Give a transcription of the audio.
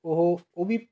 ਉਹ ਉਹ ਵੀ